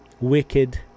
wicked